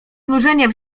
znużenie